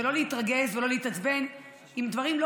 ולא להתרגז ולא להתעצבן אם דברים לא